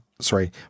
sorry